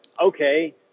okay